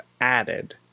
added